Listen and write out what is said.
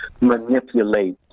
manipulate